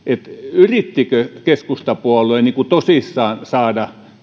yrittikö keskustapuolue tosissaan saada